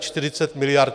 Čtyřicet miliard.